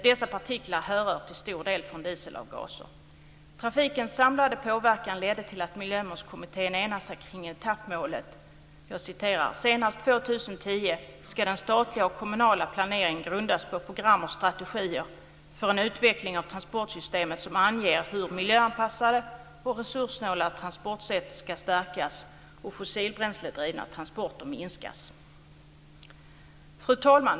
Dessa partiklar härrör till stor del från dieselavgaser. 2010 ska den statliga och kommunala planeringen grundas på program och strategier för en utveckling av trafiksystemet som anger hur miljöanpassade och resurssnåla transportsätt ska stärkas och fossilbränsledrivna transporter minskas." Fru talman!